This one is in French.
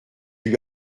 lui